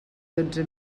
dotze